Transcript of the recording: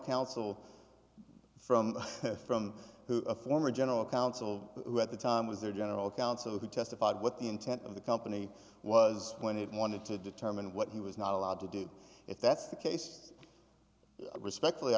counsel from from who a former general counsel who at the time was their general counsel who testified what the intent of the company was when he wanted to determine what he was not allowed to do if that's the case respectfully